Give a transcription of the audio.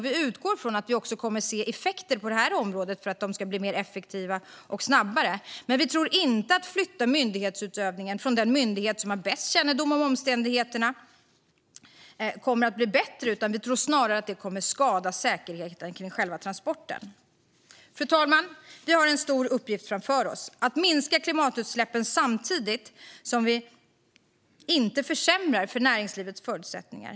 Vi utgår från att vi kommer att se effekter också på det här området för att hanteringen ska bli mer effektiv och gå snabbare. Men vi tror inte att man genom att flytta myndighetsutövning från den myndighet som har bäst kännedom om omständigheterna kommer att göra det bättre utan snarare att det kommer att skada säkerheten vid själva transporten. Fru talman! Vi har en stor uppgift framför oss. Det handlar om att minska klimatutsläppen samtidigt som vi inte försämrar för näringslivets förutsättningar.